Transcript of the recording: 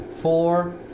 four